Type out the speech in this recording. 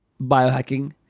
biohacking